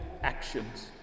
actions